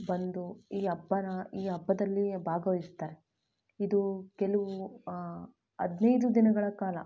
ಬಂದು ಈ ಹಬ್ಬನ ಈ ಹಬ್ಬದಲ್ಲಿ ಭಾಗವಹಿಸ್ತಾರೆ ಇದು ಕೆಲವು ಹದಿನೈದು ದಿನಗಳ ಕಾಲ